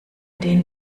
den